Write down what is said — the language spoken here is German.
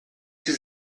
sie